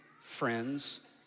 friends